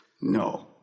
No